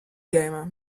gamer